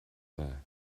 there